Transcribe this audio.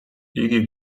იგი